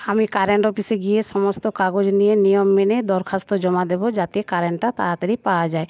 আমি কারেন্ট অফিসে গিয়ে সমস্ত কাগজ নিয়ে নিয়ম মেনে দরখাস্ত জমা দেবো যাতে কারেন্টটা তাড়াতাড়ি পাওয়া যায়